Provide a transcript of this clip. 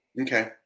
okay